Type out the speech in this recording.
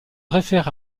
réfère